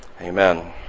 Amen